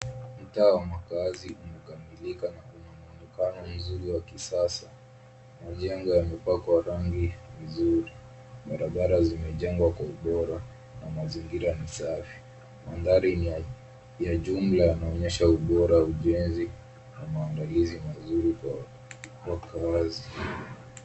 Mtaa wa makaazi umekamilika na kuna muonekano mzuri wa kisasa. Majengo yamepakwa rangi vizuri. Barabara zimejengwa kwa ubora na mazingira ni safi. Mandhari ya jumla yanaonyesha ubora wa ujenzi na maandalizi mazuri kwa wakaazi.